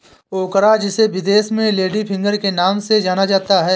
ओकरा जिसे विदेश में लेडी फिंगर के नाम से जाना जाता है